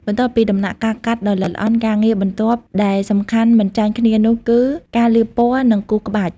បន្ទាប់ពីដំណាក់កាលកាត់ដ៏ល្អិតល្អន់ ការងារបន្ទាប់ដែលសំខាន់មិនចាញ់គ្នានោះគឺការលាបពណ៌ និងគូរក្បាច់។